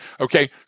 okay